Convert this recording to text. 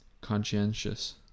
conscientious